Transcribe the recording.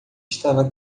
estava